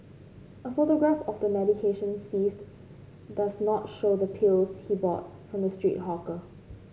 a photograph of the medication seized does not show the pills he bought from the street hawker